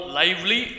lively